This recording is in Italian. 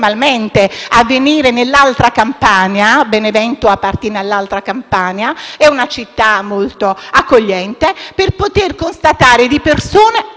a venire nell'altra Campania, perché Benevento appartiene all'altra Campania (è una città molto accogliente), per poter constatare di persona